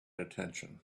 attention